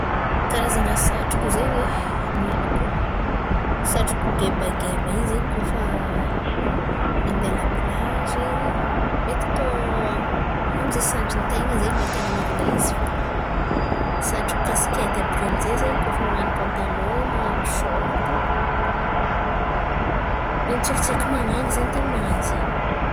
Karazana satroko zen̈y ny haiko, satroko gebageba àby in̈y zen̈y kôa fa andeha laplagy, mety atao amin'zay sandry ten̈a zen̈y mety an̈anaovana izy fo. Satroko kaskety àby io amin'zay zen̈y kôa fa man̈ano pantalan man̈ano shorty, nen'n̈y tsaikitsaiky man̈angy zen̈y ten̈a man̈ano zen̈y.